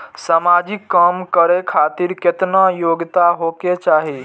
समाजिक काम करें खातिर केतना योग्यता होके चाही?